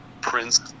Prince